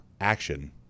action